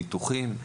ניתוחים,